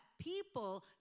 people